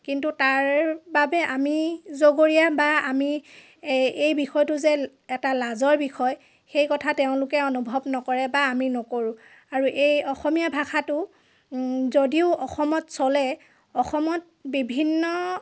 কিন্তু তাৰবাবে আমি জগৰীয়া বা আমি এই এই বিষয়টো যে এটা লাজৰ বিষয় সেই কথা তেওঁলোকে অনুভৱ নকৰে বা আমি নকৰোঁ আৰু এই অসমীয়া ভাষাটো যদিও অসমত চলে অসমত বিভিন্ন